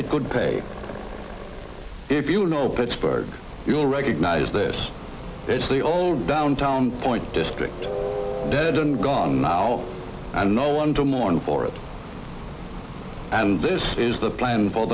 it could pay if you know pittsburgh you'll recognize this it's the old downtown point district dead and gone now and no one to mourn for it and this is the plan